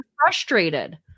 frustrated